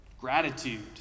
gratitude